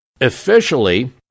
officially